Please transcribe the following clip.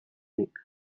nik